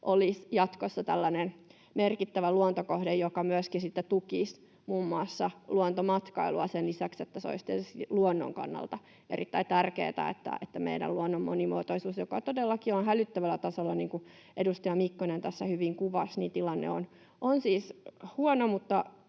olisi jatkossa tällainen merkittävä luontokohde, joka sitten myöskin tukisi muun muassa luontomatkailua — sen lisäksi, että se olisi tietystikin luonnon kannalta erittäin tärkeätä, että meidän luonnon monimuotoisuus, joka todellakin on hälyttävällä tasolla, niin kuin edustaja Mikkonen tässä hyvin kuvasi... Tilanne on siis huono,